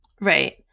Right